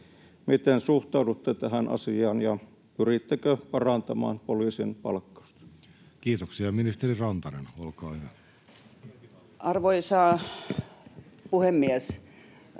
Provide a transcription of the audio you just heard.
Miten suhtaudutte tähän asiaan ja pyrittekö parantamaan poliisien palkkausta? Kiitoksia. — Ministeri Rantanen, olkaa hyvä. Arvoisa puhemies!